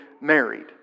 married